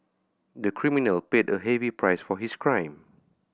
the criminal paid a heavy price for his crime